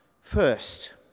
first